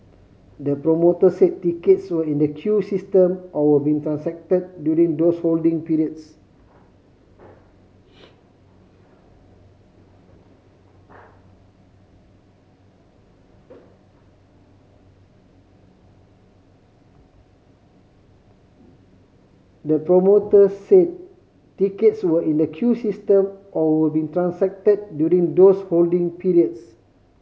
the promoter said tickets were in the queue system or were being transacted during those holding periods the promoter said tickets were in the queue system or were being transacted during those holding periods